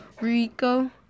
Rico